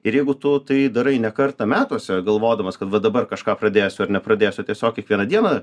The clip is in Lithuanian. ir jeigu tu tai darai ne kartą metuose galvodamas kad va dabar kažką pradėsiu ar nepradėsiu tiesiog kiekvieną dieną